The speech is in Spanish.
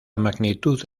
magnitud